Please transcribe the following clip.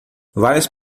várias